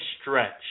stretch